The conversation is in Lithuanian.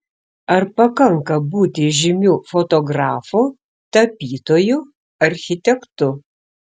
ar pakanka būti žymiu fotografu tapytoju architektu